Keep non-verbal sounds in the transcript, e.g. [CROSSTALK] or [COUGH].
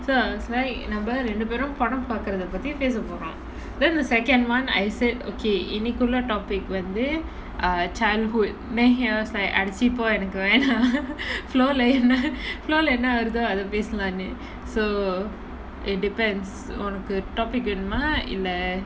so I was like நம்ம ரெண்டு பேரு படம் பாக்குறத பத்தி பேச போரோ:namma rendu peru padam paakuratha pathi pesa poro then the second one I said okay இன்னைக்குள்ள:innaikulla topic வந்து:vanthu err childhood then he was like அடச்சீ போ எனக்கு வேனா:adachee po enakku vaenaa [LAUGHS] flow leh என்ன:enna flow leh என்ன வருதோ அத பேசலான்னு:enna varutho atha paesalaannu so it depends ஒனக்கு:onakku topic வேணுமா இல்ல:vaenumaa illa